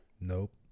Nope